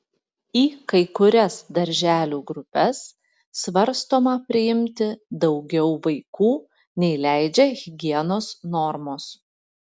į kai kurias darželių grupes svarstoma priimti daugiau vaikų nei leidžia higienos normos